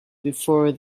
before